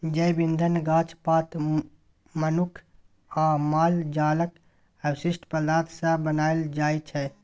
जैब इंधन गाछ पात, मनुख आ माल जालक अवशिष्ट पदार्थ सँ बनाएल जाइ छै